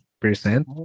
percent